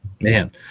Man